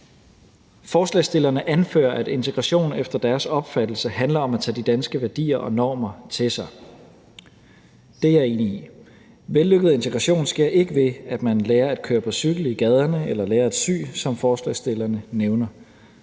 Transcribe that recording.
Forslagsstillerne anfører, at integration efter deres opfattelse handler om at tage de danske værdier og normer til sig. Det er jeg enig i. Vellykket integration sker ikke ved, at man lærer at køre på cykel i gaderne eller lærer at sy, som forslagsstillerne nævner.